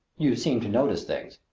you seem to notice things.